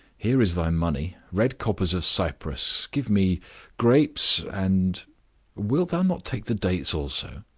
here is thy money red coppers of cyprus. give me grapes, and wilt thou not take the dates also?